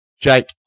Jake